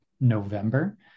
November